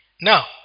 Now